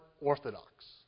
Orthodox